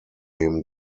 him